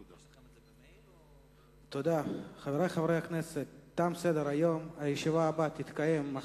הצעתה לסדר-היום של חברת הכנסת אורלי